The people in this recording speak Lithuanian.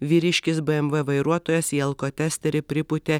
vyriškis bmw vairuotojas į alkotesterį pripūtė